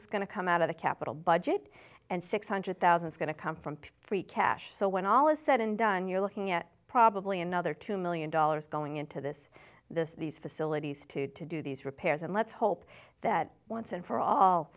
thousands going to come out of the capital budget and six hundred thousand it's going to come from free cash so when all is said and done you're looking at probably another two million dollars going into this this these facilities to to do these repairs and let's hope that once and for all